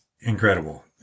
incredible